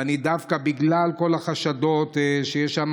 ודווקא בגלל כל החשדות שיש שם,